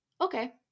okay